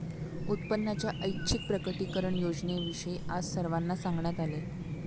उत्पन्नाच्या ऐच्छिक प्रकटीकरण योजनेविषयी आज सर्वांना सांगण्यात आले